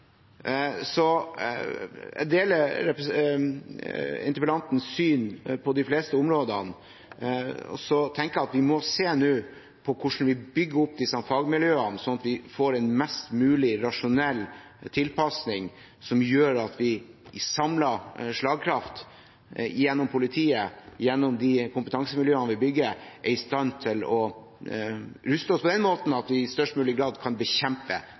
Så jeg deler interpellantens syn på de fleste områdene. Jeg tenker at vi nå må se på hvordan vi bygger opp disse fagmiljøene, slik at vi får en mest mulig rasjonell tilpasning, som gjør at vi gjennom samlet slagkraft – gjennom politiet, gjennom de kompetansemiljøene vi bygger – er i stand til å ruste oss slik at vi i størst mulig grad kan bekjempe